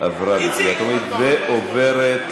איציק, ובכן,